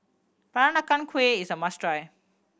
Peranakan Kueh is a must try